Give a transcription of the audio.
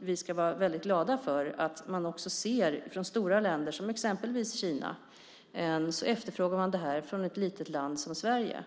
Vi ska vara väldigt glada för att stora länder, som exempelvis Kina, efterfrågar detta från ett litet land som Sverige.